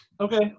Okay